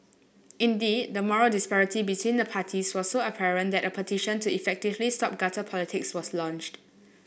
indeed the moral disparity between the parties was so apparent that a petition to effectively stop gutter politics was launched